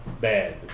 Bad